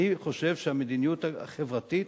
אני חושב שהמדיניות החברתית